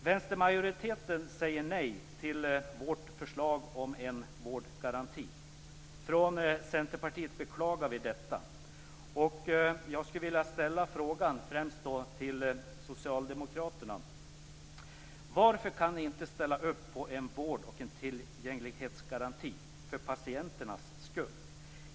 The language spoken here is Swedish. Vänstermajoriteten säger nej till vårt förslag om en vårdgaranti. Från Centerpartiet beklagar vi detta. Jag vill ställa frågan till Socialdemokraterna: Varför kan ni inte ställa upp på en vård och tillgänglighetsgaranti för patienternas skull?